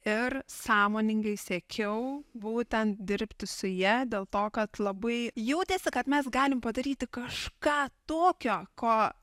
ir sąmoningai siekiau būtent dirbti su ja dėl to kad labai jautėsi kad mes galim padaryti kažką tokio ko